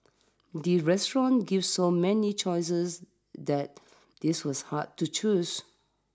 the restaurant gave so many choices that this was hard to choose